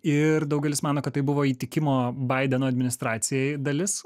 ir daugelis mano kad tai buvo įtikimo baideno administracijai dalis